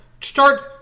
start